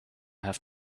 have